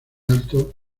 alto